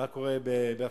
מה קורה באפגניסטן?